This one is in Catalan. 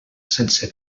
sense